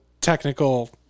technical